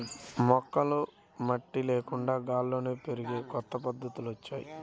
మొక్కలు మట్టి లేకుండా గాల్లోనే పెరిగే కొత్త పద్ధతులొచ్చాయ్